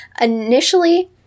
initially